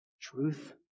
truth